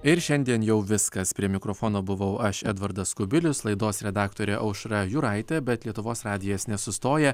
ir šiandien jau viskas prie mikrofono buvau aš edvardas kubilius laidos redaktorė aušra juraitė bet lietuvos radijas nesustoja